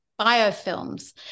biofilms